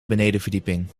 benedenverdieping